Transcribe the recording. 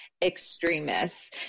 Extremists